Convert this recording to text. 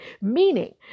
Meaning